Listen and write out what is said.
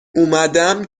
اومدم